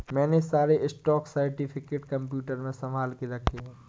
मैंने सारे stock certificate computer में संभाल के रखे हैं